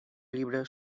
llibre